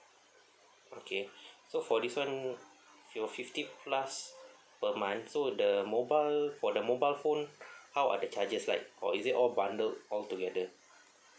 okay so for this [one] your fifty plus per month so the mobile for the mobile phone how are the charges like or is it all bundled all together